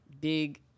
big